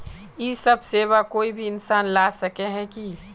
इ सब सेवा कोई भी इंसान ला सके है की?